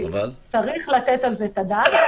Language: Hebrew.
צריך לתת על זה את הדעת.